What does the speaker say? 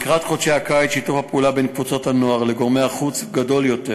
לקראת חודשי הקיץ שיתוף הפעולה בין קבוצות הנוער לגורמי החוץ גדול יותר.